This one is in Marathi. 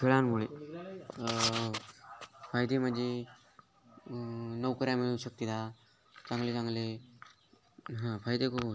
खेळांमुळे फायदे म्हणजे नोकऱ्या मिळू शकते चांगले चांगले हा फायदे खूप होत्